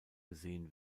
gesehen